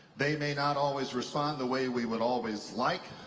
they may not always respond the way we would always like,